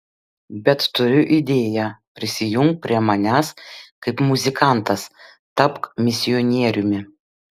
bet turiu idėją prisijunk prie manęs kaip muzikantas tapk misionieriumi